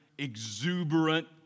exuberant